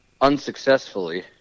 unsuccessfully